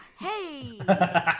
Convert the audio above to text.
Hey